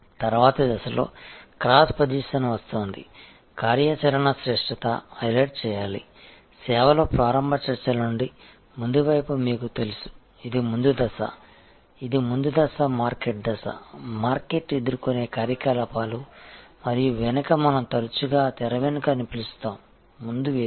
తరువాతి దశలో cross position వస్తుంది కార్యాచరణ శ్రేష్ఠత హైలైట్ చేయాలి సేవలో ప్రారంభ చర్చల నుండి ముందు వైపు మీకు తెలుసు ఇది ముందు దశ ఇది ముందు దశ మార్కెట్ దశ మార్కెట్ ఎదుర్కొనే కార్యకలాపాలు మరియు వెనుక మనం తరచుగా తెరవెనుక అని పిలుస్తాము ముందు వేదిక